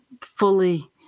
fully